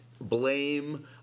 blame